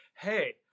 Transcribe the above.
hey